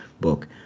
book